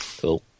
Cool